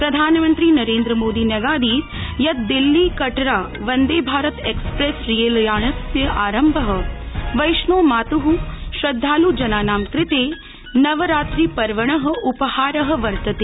प्रधानमन्त्री श्रीनरेन्द्रमोदी न्यगादीत् यत् दिल्ली कटरा वंदे भारत एक्सप्रैस रेलयानस्य आरम्भ वैष्णो मात् श्रद्धाल्जनानां कृते नवरात्रि पर्वण उपहार वर्तते